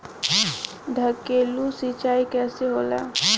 ढकेलु सिंचाई कैसे होला?